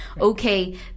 Okay